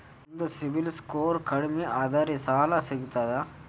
ನಮ್ದು CIBIL score ಕಡಿಮಿ ಅದರಿ ಸಾಲಾ ಸಿಗ್ತದ?